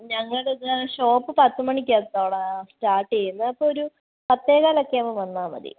ഞങ്ങളുടേത് ഷോപ്പ് പത്തു മണിക്കാണ് സ്റ്റാർട്ട് ചെയ്യുന്നത് അപ്പോൾ ഒരു പത്തേ കാലൊക്കെ ആകുമ്പോൾ വന്നാൽ മതി